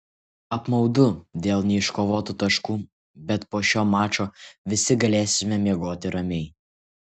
apmaudu dėl neiškovotų taškų bet po šio mačo visi galėsime miegoti ramiai